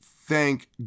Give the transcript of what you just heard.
thank